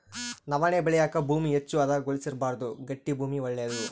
ನವಣೆ ಬೆಳೆಯಾಕ ಭೂಮಿ ಹೆಚ್ಚು ಹದಗೊಳಿಸಬಾರ್ದು ಗಟ್ಟಿ ಭೂಮಿ ಒಳ್ಳೇದು